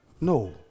No